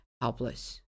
helpless